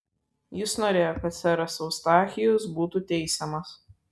jis norėjo kad seras eustachijus būtų teisiamas